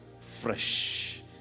fresh